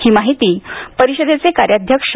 ही माहिती परिषदेचे कार्याध्यक्ष प्रा